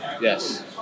Yes